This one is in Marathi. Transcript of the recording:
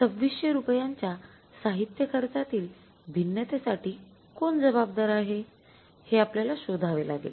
२६०० रुपयांच्या साहित्य खर्चातील भिन्नतेसाठी कोण जबाबदार आहे हे आपल्याला शोधावे लागेल